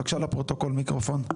בבקשה לפרוטוקול, מיקרופון.